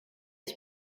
ich